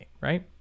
right